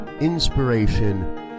inspiration